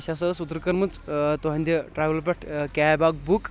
اَسہِ ہسا أس اوترٕ کٔرمٕژ تُہنٛدِ ٹریولہٕ پٮ۪ٹھ کیب اکھ بُک